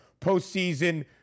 postseason